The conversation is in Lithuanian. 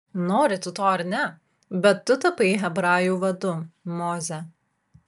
nori tu to ar ne bet tu tapai hebrajų vadu moze